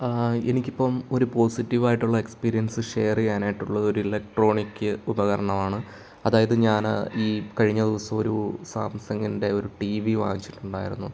ആ എനിക്കിപ്പം ഒരു പോസിറ്റീവ് ആയിട്ടുള്ള എക്സ്പീരിയൻസ് ഷെയർ ചെയ്യാൻ ആയിട്ടുള്ളത് ഒരു ഇലക്ട്രോണിക് ഉപകരണമാണ് അതായത് ഞാൻ ഈ കഴിഞ്ഞ ദിവസം ഒരു സാംസങ്ങിൻ്റെ ഒരു ടി വി വാങ്ങിച്ചിട്ടുണ്ടായിരുന്നു